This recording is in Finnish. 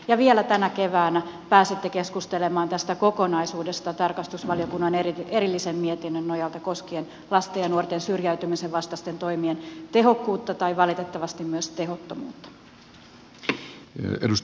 ja vielä tänä keväänä pääsette keskustelemaan tästä kokonaisuudesta tarkastusvaliokunnan erillisen mietinnön nojalta koskien lasten ja nuorten syrjäytymisen vastaisten toimien tehokkuutta tai valitettavasti myös tehottomuutta